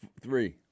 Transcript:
three